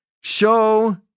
show